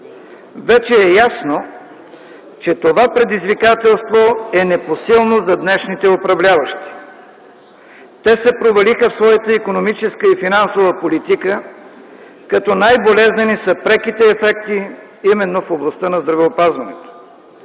Вече е ясно, че това предизвикателство е непосилно за днешните управляващи. Те се провалиха в своята икономическа и финансова политика, като най-болезнени са преките ефекти в областта на здравеопазването.